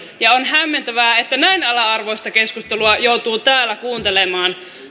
ja on hämmentävää että näin ala arvoista keskustelua joutuu täällä kuuntelemaan